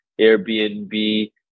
Airbnb